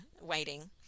waiting